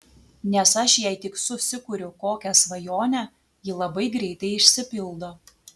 nes aš jei tik susikuriu kokią svajonę ji labai greitai išsipildo